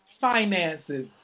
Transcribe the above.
finances